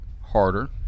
harder